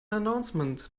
announcement